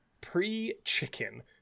pre-chicken